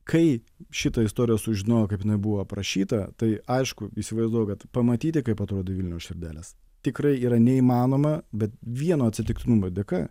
kai šitą istoriją sužinojau kaip jinai buvo aprašyta tai aišku įsivaizduoju kad pamatyti kaip atrodė vilniaus širdelės tikrai yra neįmanoma bet vieno atsitiktinumo dėka